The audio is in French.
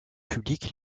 public